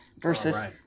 versus